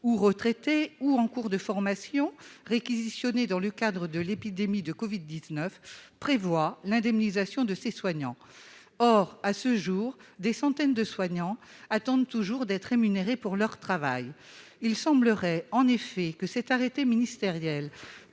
ou retraités ou en cours de formation réquisitionnés dans le cadre de l'épidémie de Covid 19 prévoit l'indemnisation de ses soignants, or à ce jour, des centaines de soignants attendent toujours d'être rémunérés pour leur travail, il semblerait en effet que cet arrêté ministériel